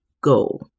go